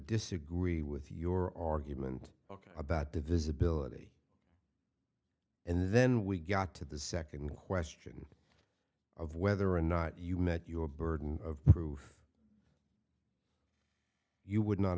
disagree with your argument ok about divisibility and then we got to the second question of whether or not you met your burden of proof you would not